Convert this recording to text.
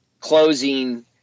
closing